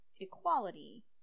equality